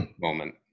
moment